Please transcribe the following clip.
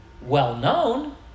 well-known